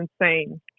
insane